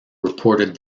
reported